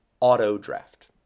auto-draft